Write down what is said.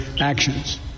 actions